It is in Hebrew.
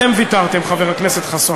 על עזה אתם ויתרתם, חבר הכנסת חסון.